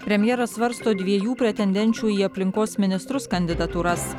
premjeras svarsto dviejų pretendenčių į aplinkos ministrus kandidatūras